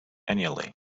annually